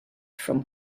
from